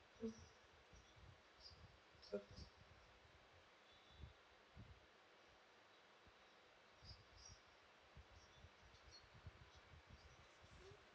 mm so